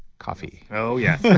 coffee oh yes.